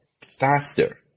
faster